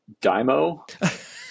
Dymo